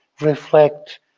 reflect